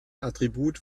attribut